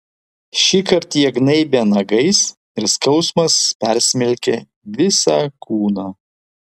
šįkart jie gnaibė nagais ir skausmas persmelkė visą kūną